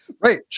right